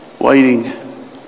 waiting